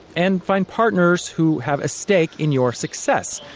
and find partners who have a stake in your success.